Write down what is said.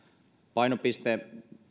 painopiste